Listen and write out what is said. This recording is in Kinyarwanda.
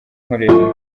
nkoresha